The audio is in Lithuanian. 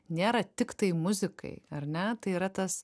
nėra tiktai muzikai ar ne tai yra tas